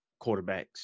quarterbacks